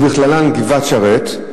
ובכללן גבעת-שרת,